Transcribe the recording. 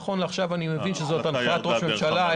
נכון לעכשיו אני מבין שזאת הנחיית ראש הממשלה,